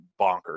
bonkers